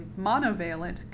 monovalent